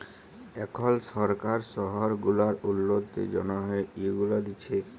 এখল সরকার শহর গুলার উল্ল্যতির জ্যনহে ইগুলা দিছে